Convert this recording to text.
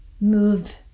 move